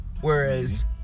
whereas